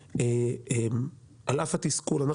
על אף התסכול,